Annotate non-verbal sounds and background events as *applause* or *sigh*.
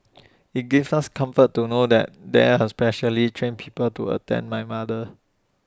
*noise* IT gives us comfort to know that there has specially trained people to attend my mother